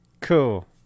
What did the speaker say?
cool